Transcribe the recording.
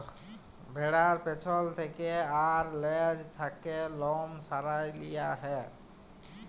ভ্যাড়ার পেছল থ্যাকে আর লেজ থ্যাকে লম সরাঁয় লিয়া হ্যয়